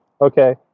Okay